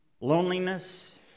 Loneliness